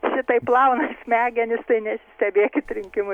šitaip plauna smegenis tai nesistebėkit rinkimų